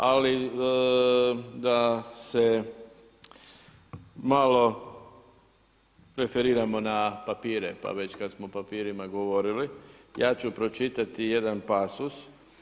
Ali da se malo referiramo na papire, pa već kad smo o papirima govorili, ja ću pročitati jedan pasos.